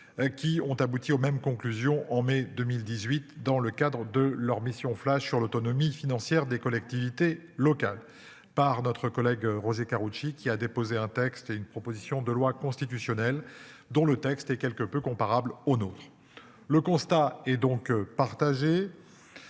Qui ont abouti aux mêmes conclusions, en mai 2018 dans le cadre de leur mission flash sur l'autonomie financière des collectivités locales par notre collègue Roger Karoutchi qui a déposé un texte et une proposition de loi constitutionnelle dont le texte est quelque peu comparables aux nôtres. Le constat est donc partagé.